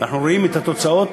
אנחנו רואים את התוצאות.